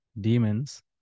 demons